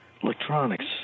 Electronics